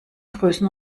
größen